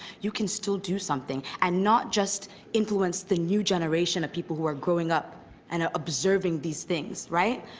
you can still do something and not just influence the new generation of people who are growing up and ah observing these things, right,